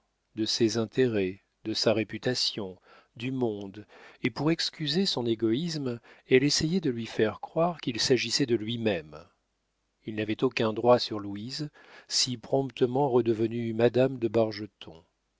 de ses intérêts de sa réputation du monde et pour excuser son égoïsme elle essayait de lui faire croire qu'il s'agissait de lui-même il n'avait aucun droit sur louise si promptement redevenue madame de